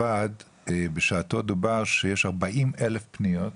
אני בכל נקודת שעה ביום וגם